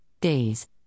days